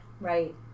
Right